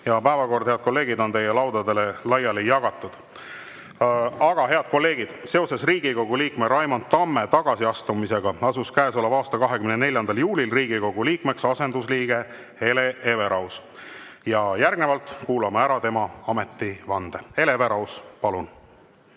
Päevakord, head kolleegid, on teie laudadele laiali jagatud. Head kolleegid, seoses Riigikogu liikme Raimond Tamme tagasiastumisega asus käesoleva aasta 24. juulil Riigikogu liikmeks asendusliige Hele Everaus. Järgnevalt kuulame ära tema ametivande. Hele Everaus, palun!